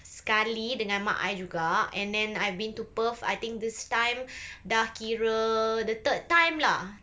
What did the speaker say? sekali dengan mak I juga and then I've been to perth I think this time dah kira the third time lah